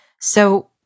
So-